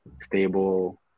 stable